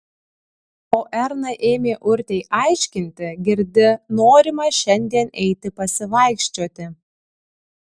o erna ėmė urtei aiškinti girdi norima šiandien eiti pasivaikščioti